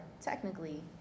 technically